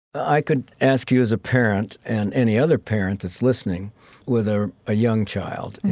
i could ask you as a parent and any other parent that's listening with ah a young child, you